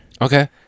Okay